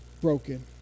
broken